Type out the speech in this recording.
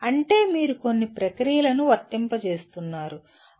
అంటే మీరు కొన్ని ప్రక్రియలను వర్తింపజేస్తున్నారు